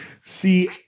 See